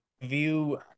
view